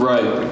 Right